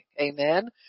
Amen